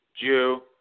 Jew